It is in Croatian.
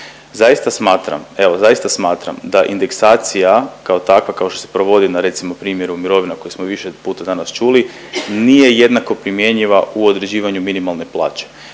zaista smatram da indeksacija kao takva kao što se provodi na recimo, primjeru mirovina koje smo više puta danas čuli, nije jednako primjenjiva u određivanju minimalne plaće.